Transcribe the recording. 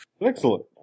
Excellent